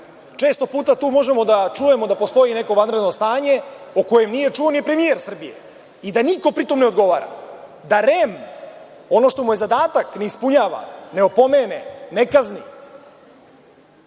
Često puta tu možemo da čujemo da postoji neko vanredno stanje o kojem nije čuo ni premijer Srbije i da niko pri tom ne odgovara, da REM ono što mu je zadatak ne ispunjava, ne opomene, ne kazni.